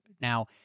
Now